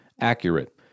accurate